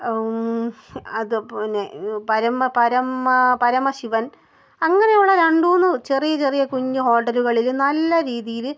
അതുപിന്നെ പരമ പരമ പരമശിവൻ അങ്ങനെയുള്ള രണ്ടുമൂന്ന് ചെറിയ ചെറിയ കുഞ്ഞു ഹോട്ടലുകളിൽ നല്ല രീതിയിൽ